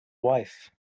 wife